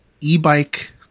e-bike